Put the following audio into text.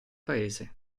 paese